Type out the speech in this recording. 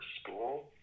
school